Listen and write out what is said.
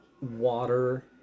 water